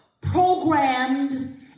programmed